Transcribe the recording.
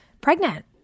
pregnant